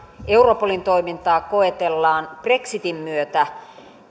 europolin toimintaa koetellaan brexitin myötä